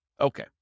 Okay